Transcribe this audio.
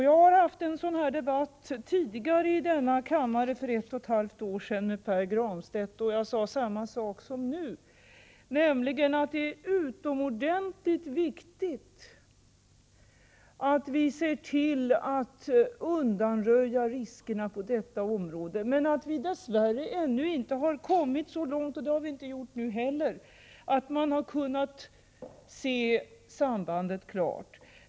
Jag har haft en sådan här debatt i denna kammare för ett och ett halvt år sedan med Pär Granstedt då jag sade samma sak som nu, nämligen att det är utomordentligt viktigt att vi ser till att undanröja riskerna på detta område, men att vi dess värre ännu inte har kommit så långt — det har vi inte gjort nu heller — att sambandet klart framgår.